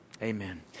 Amen